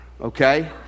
okay